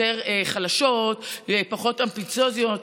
יותר חלשות ופחות אמביציוזיות.